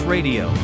Radio